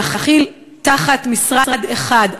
להחיל תחת משרד אחד,